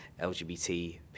LGBT